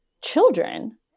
children